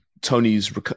Tony's